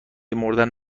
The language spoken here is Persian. مردن